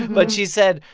but she said,